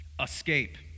Escape